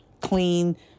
clean